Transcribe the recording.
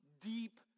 deep